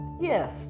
yes